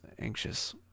anxious